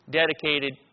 dedicated